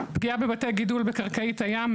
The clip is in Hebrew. פגיעה בבתי גידול בקרקעית הים,